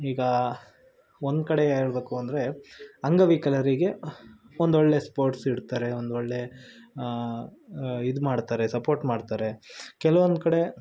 ಈಗ ಒಂದು ಕಡೆ ಹೇಳಬೇಕು ಅಂದರೆ ಅಂಗವಿಕಲರಿಗೆ ಒಂದು ಒಳ್ಳೆಯ ಸ್ಪೋಟ್ಸ್ ಇಡ್ತಾರೆ ಒಂದು ಒಳ್ಳೆಯ ಇದು ಮಾಡ್ತಾರೆ ಸಪೋರ್ಟ್ ಮಾಡ್ತಾರೆ ಕೆಲವೊಂದು ಕಡೆ